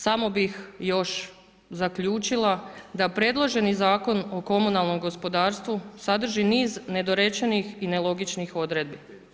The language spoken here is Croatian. I na kraju, samo bih još zaključila, da predloženi Zakon o komunalnom gospodarstvu, sadrži niz nedorečenih i nelogičnih odredbi.